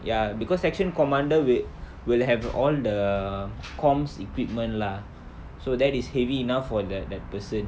ya because section commander wil~ will have all the comms equipment lah so that is heavy enough for the that person